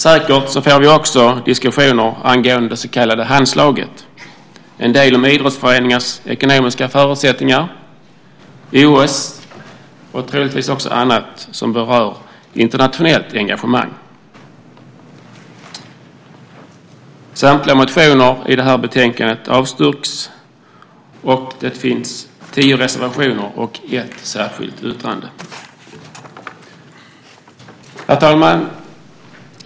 Säkert får vi också diskussioner angående det så kallade Handslaget, en del om idrottsföreningars ekonomiska förutsättningar, OS och troligtvis också annat som berör internationellt engagemang. Samtliga motioner i det här betänkandet avstyrks. Det finns tio reservationer och ett särskilt yttrande. Herr talman!